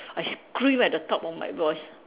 I screamed at the top of my voice